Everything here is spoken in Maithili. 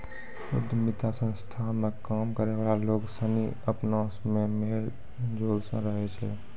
उद्यमिता संस्था मे काम करै वाला लोग सनी अपना मे मेल जोल से रहै छै